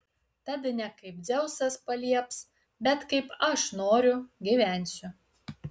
tad ne kaip dzeusas palieps bet kaip aš noriu gyvensiu